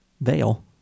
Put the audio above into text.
Veil